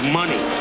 money